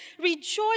Rejoice